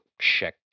check